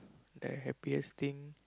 the happiest thing